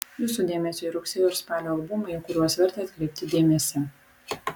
jūsų dėmesiui rugsėjo ir spalio albumai į kuriuos verta atkreipti dėmesį